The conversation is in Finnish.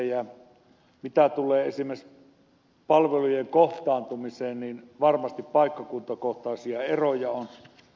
mitä tulee esimerkiksi palvelujen kohtaantumiseen niin varmasti paikkakuntakohtaisia eroja on